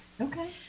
Okay